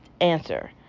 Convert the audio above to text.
answer